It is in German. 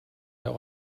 der